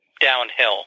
downhill